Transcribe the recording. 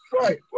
right